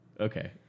Okay